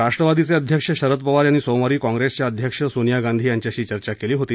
राष्ट्रवादी काँप्रेसचे अध्यक्ष शरद पवार यांनी सोमवारी काँप्रेस अध्यक्ष सोनिया गांधी यांच्याशी चर्चा केली होती